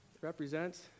represents